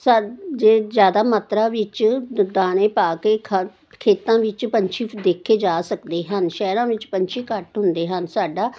ਸ ਜੇ ਜ਼ਿਆਦਾ ਮਾਤਰਾ ਵਿੱਚ ਦਾਣੇ ਪਾ ਕੇ ਖੇਤਾਂ ਵਿੱਚ ਪੰਛੀ ਦੇਖੇ ਜਾ ਸਕਦੇ ਹਨ ਸ਼ਹਿਰਾਂ ਵਿੱਚ ਪੰਛੀ ਘੱਟ ਹੁੰਦੇ ਹਨ ਸਾਡਾ